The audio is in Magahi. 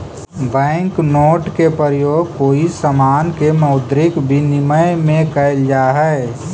बैंक नोट के प्रयोग कोई समान के मौद्रिक विनिमय में कैल जा हई